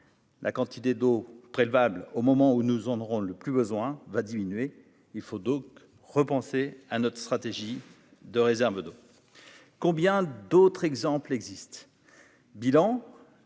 La quantité d'eau prélevée au moment où nous en auront le plus besoin va diminuer, il faut donc repenser à notre stratégie de réserve de combien d'autres exemples existent